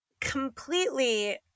completely